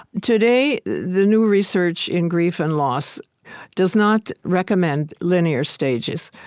today, the new research in grief and loss does not recommend linear stages.